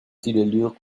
tirailleurs